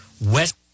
West